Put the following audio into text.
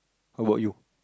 how about you